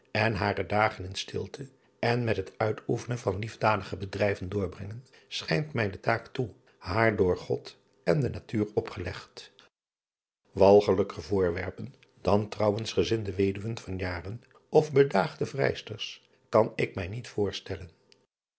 en hare dagen in stilte en met het uitoefenen van liefdadige bedrijven doorbrengen schijnt mij de taak toe haar door driaan oosjes zn et leven van illegonda uisman od en de natuur opgelegd algelijker voorwerpen dan trouwensgezinde weduwen van jaren of bedaagde vrijsters kan ik mij niet voorstellen